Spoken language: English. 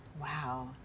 Wow